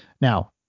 Now